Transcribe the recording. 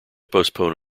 postpone